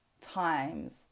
times